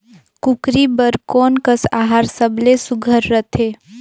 कूकरी बर कोन कस आहार सबले सुघ्घर रथे?